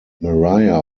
maria